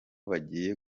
bagiye